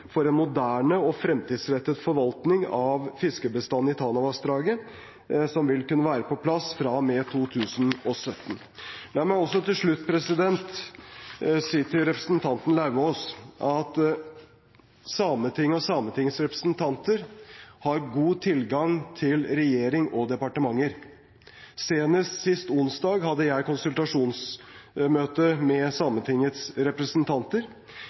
for en moderne og fremtidsrettet forvaltning av fiskebestanden i Tanavassdraget, som vil kunne være på plass fra og med 2017. La meg også til slutt si til representanten Lauvås at Sametinget og Sametingets representanter har god tilgang til regjering og departementer. Senest sist onsdag hadde jeg konsultasjonsmøte med Sametingets representanter.